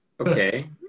Okay